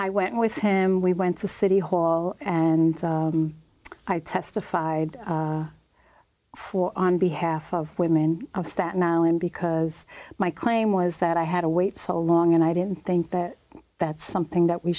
i went with him we went to city hall and i testified on behalf of women of staten island because my claim was that i had to wait so long and i didn't think that that's something that we